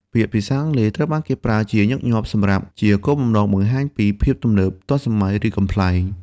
ពាក្យភាសាអង់គ្លេសត្រូវបានគេប្រើជាញឹកញាប់សម្រាប់ជាគោលបំណងបង្ហាញពីភាពទំនើប ទាន់សម័យ ឬកំប្លែង។